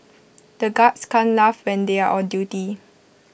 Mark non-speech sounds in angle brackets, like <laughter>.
<noise> the guards can't laugh when they are on duty